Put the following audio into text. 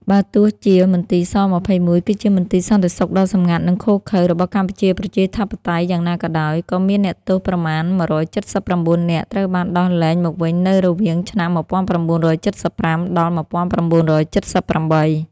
ទោះបីជាមន្ទីរ ស-២១ គឺជាមន្ទីរសន្តិសុខដ៏សម្ងាត់ និងឃោរឃៅ របស់កម្ពុជាប្រជាធិបតេយ្យ យ៉ាងណាក៏ដោយ ក៏មានអ្នកទោសប្រមាណ១៧៩ នាក់ត្រូវបានដោះលែងមកវិញនៅរវាងឆ្នាំ១៩៧៥ដល់១៩៧៨។